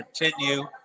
continue